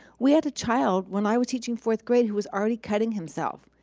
we had a child, when i was teaching fourth grade, who was already cutting himself.